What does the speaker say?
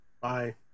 Bye